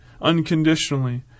unconditionally